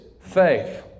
faith